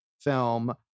film